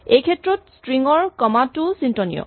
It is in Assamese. এইক্ষেত্ৰত স্ট্ৰিং ৰ কমা টো চিন্তনীয়